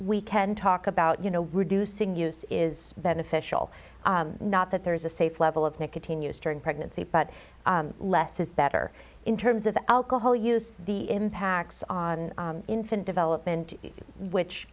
we can talk about you know reducing use is beneficial not that there is a safe level of nicotine use during pregnancy but less is better in terms of alcohol use the impacts on infant development which